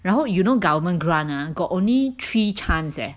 然后 you know government grant ah got only three chance leh